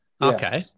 Okay